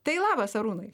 tai labas arūnai